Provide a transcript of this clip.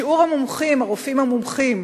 שיעור הרופאים המומחים